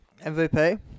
MVP